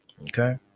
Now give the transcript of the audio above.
Okay